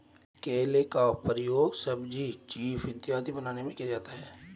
केला का प्रयोग सब्जी चीफ इत्यादि बनाने में किया जाता है